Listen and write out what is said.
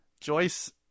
Joyce